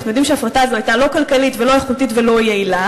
אנחנו יודעים שההפרטה הזאת הייתה לא כלכלית ולא איכותית ולא יעילה.